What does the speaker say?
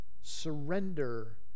surrender